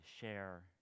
share